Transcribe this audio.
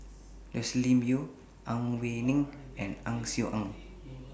Joscelin Yeo Ang Wei Neng and Ang Swee Aun